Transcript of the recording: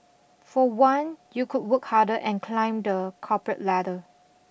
for one you could work harder and climb the corporate ladder